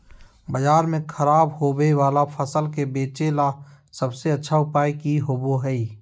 बाजार में खराब होबे वाला फसल के बेचे ला सबसे अच्छा उपाय की होबो हइ?